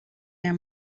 aya